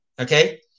okay